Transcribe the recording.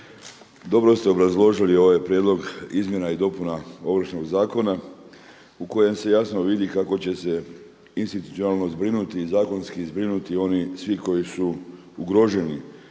dobro ste obrazložili ovaj prijedlog izmjena i dopuna Ovršnog zakona u kojem se jasno vidi kako će se institucionalno zbrinuti i zakonski zbrinuti oni svi koji su ugroženi